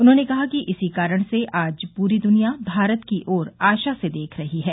उन्हॉने कहा कि इसी कारण से आज पूरी दुनिया भारत की ओर आशा से देख रही है